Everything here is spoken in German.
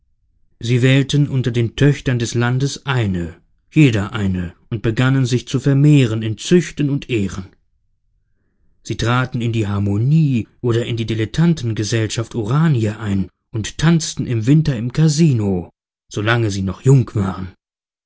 sie wählten unter den töchtern des landes eine jeder eine und begannen sich zu vermehren in züchten und ehren sie traten in die harmonie oder in die dilettantengesellschaft urania ein und tanzten im winter im kasino solange sie noch jung waren